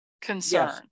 concern